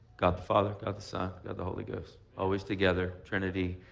god the father, god the son, god the holy ghost. always together. trinity,